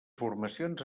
formacions